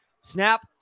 snap